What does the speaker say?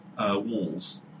walls